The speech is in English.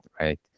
right